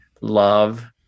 love